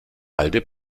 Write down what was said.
halde